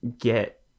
get